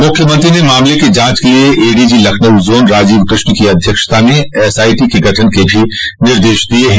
मुख्यमत्री ने मामले की जाच के लिये एडीजी लखनऊ जोन राजीव कृष्ण की अध्यक्षता में एसआईटी के गठन के भी निर्देश दिये हैं